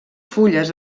fulles